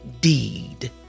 deed